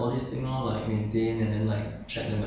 preparation for 什么东西